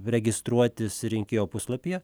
registruotis rinkėjo puslapyje